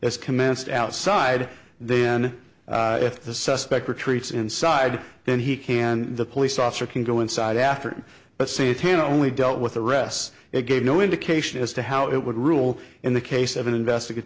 is commenced outside then if the suspect retreats inside then he can the police officer can go inside after but say ten only dealt with the rest it gave no indication as to how it would rule in the case of an investigator